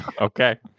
Okay